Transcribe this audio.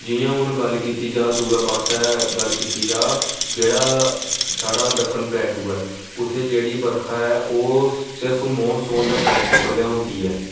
इ'यां हून गल्ल कीती जा दुए पास्सै गल्ल कीती जा जेह्ड़ा दक्खन प्लैटू ऐ उत्थै जेह्ड़ी बरखा ऐ ओह् सिर्फ मौनसून दे टैम उप्पर गै होंदी ऐ